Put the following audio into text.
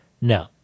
no